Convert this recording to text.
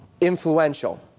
influential